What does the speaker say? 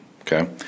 Okay